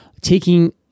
taking